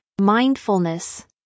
mindfulness